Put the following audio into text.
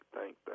thank